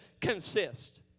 consist